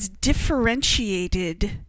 differentiated